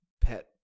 pet